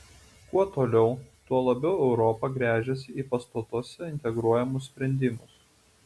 kuo toliau tuo labiau europa gręžiasi į pastatuose integruojamus sprendimus